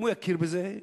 אם הוא יכיר בזה,